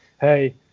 hey